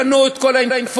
בנו את כל האינפורמציה,